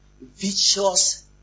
vicious